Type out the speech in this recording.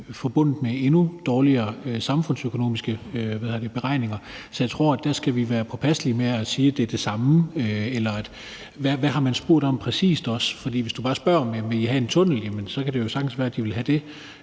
forbundet med endnu dårligere samfundsøkonomiske beregninger. Så jeg tror, at vi der skal være påpasselige med at sige, at det er det samme, eller overveje, hvad man præcis har spurgt om. For hvis du bare spørger, om de vil have en tunnel, så kan det jo sagtens være, at de vil have det,